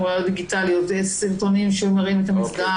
ראיות דיגיטליות וסרטונים שמראים את המפגש.